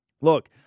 Look